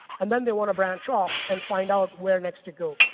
and then they want to branch off and find out where next to go,